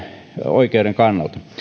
oikeuden kannalta